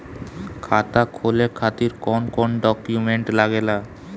खाता खोले खातिर कौन कौन डॉक्यूमेंट लागेला?